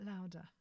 louder